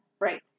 Right